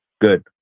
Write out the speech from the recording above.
Good